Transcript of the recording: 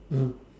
mm